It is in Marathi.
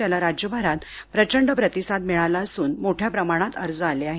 त्याला राज्यभरात प्रचंड प्रतिसाद मिळाला असून मोठ्या प्रमाणात अर्ज आले आहेत